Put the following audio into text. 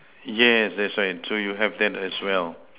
yes that's right so you have that as well